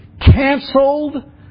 canceled